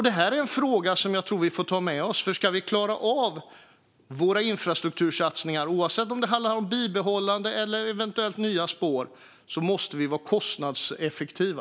Denna fråga får vi ta med oss, för ska vi klara av våra infrastruktursatsningar, oavsett om det handlar om bibehållande eller eventuella nya spår, måste vi vara kostnadseffektiva.